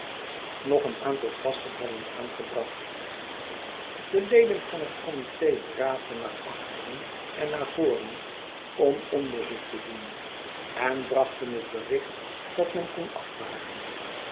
nog een aantal gasten hadden aangebracht de leden van het committe draafden naar achteren en naar voren om onderzoek te doen en brachten het bericht dat men kon afvaren